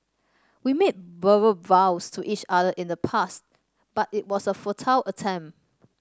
we made verbal vows to each other in the past but it was a futile attempt